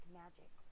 magic